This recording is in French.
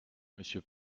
monsieur